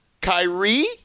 Kyrie